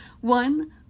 one